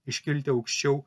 iškilti aukščiau